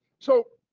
so